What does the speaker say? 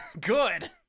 Good